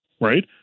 right